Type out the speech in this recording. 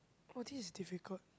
!wah! this is difficult